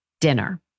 dinner